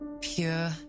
Pure